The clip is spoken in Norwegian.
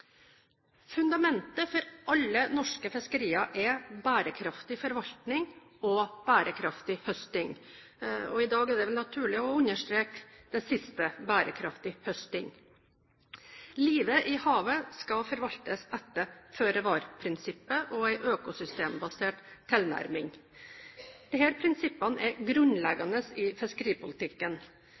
Fundamentet for alle norske fiskerier er bærekraftig forvaltning og bærekraftig høsting. I dag er det vel naturlig å understreke det siste: bærekraftig høsting. Livet i havet skal forvaltes etter føre-var-prinsippet og en økosystembasert tilnærming. Disse prinsippene er grunnleggende i fiskeripolitikken.